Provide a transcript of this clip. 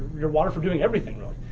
your water for doing everything, really.